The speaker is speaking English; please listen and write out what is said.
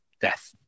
Death